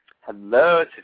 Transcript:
Hello